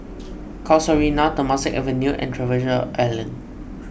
Casuarina Temasek Avenue and Treasure Island